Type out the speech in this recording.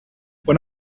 when